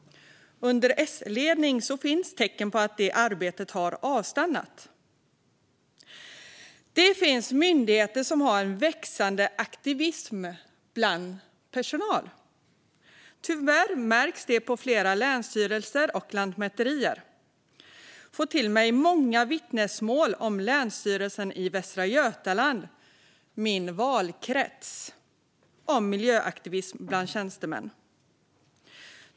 Under S-ledning finns tecken på att detta arbete har avstannat. Det finns myndigheter som har en växande aktivism bland personalen. Tyvärr märks detta på flera länsstyrelser och på Lantmäteriet. Jag får många vittnesmål om Länsstyrelsen i Västra Götaland, min valkrets, gällande miljöaktivism bland tjänstemän.